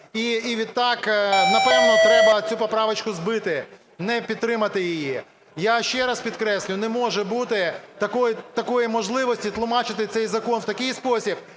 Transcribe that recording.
і відтак, напевно, треба цю поправочку збити, не підтримати її. Я ще раз підкреслюю: не може бути такої можливості тлумачити цей закон у такий спосіб,